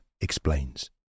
explains